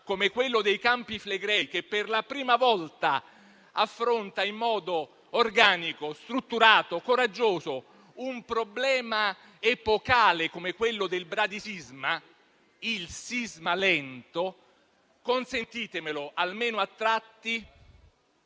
come quello sui Campi Flegrei, che per la prima volta affronta in modo organico, strutturato, coraggioso un problema epocale come quello del bradisismo (il sisma lento), ha il tanfo - consentitemelo almeno - a tratti